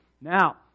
Now